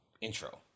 intro